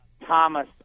Thomas